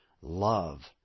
love